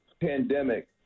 pandemic